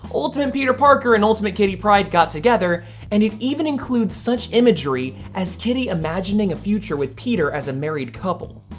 ultimate peter parker and ultimate kitty pryde got together and it even includes such imagery as kitty imagining a future with peter as a married couple.